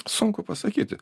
sunku pasakyti